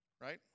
Right